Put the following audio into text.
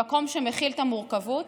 ממקום שמכיל את המורכבות,